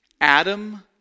Adam